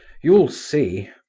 you'll see.